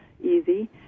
easy